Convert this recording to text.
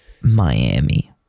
Miami